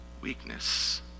weakness